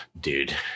dude